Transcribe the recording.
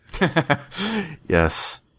Yes